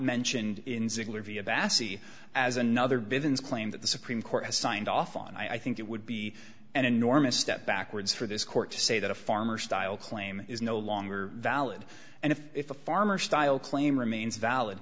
bassy as another business claim that the supreme court has signed off on i think it would be an enormous step backwards for this court to say that a farmer style claim is no longer valid and if the farmer style claim remains valid